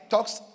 talks